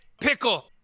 Pickle